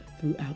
throughout